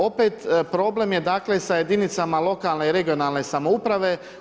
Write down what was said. Opet problem je dakle sa jedinicama lokalne i regionalne samouprave.